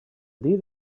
dit